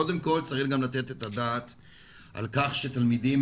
קודם כל צריך גם לתת את הדעת על כך שתלמידים